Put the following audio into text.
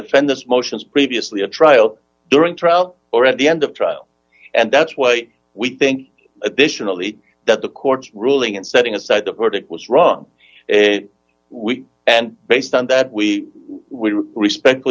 defendant's motions previously a trial during trial or at the end of trial and that's what we think additionally that the court's ruling in setting aside the verdict was wrong and we and based on that we we would respect